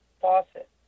faucet